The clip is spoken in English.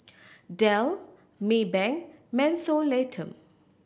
Dell Maybank Mentholatum